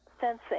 sensing